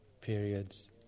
periods